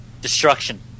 Destruction